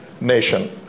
nation